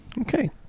Okay